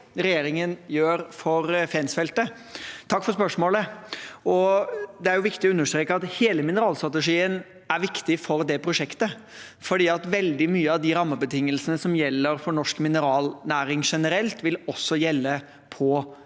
regjeringen gjør konkret for Fensfeltet. Takk for spørsmålet. Det er viktig å understreke at hele mineralstrategien er viktig for det prosjektet, fordi veldig mye av de rammebetingelsene som gjelder for norsk mineralnæring generelt, vil også gjelde på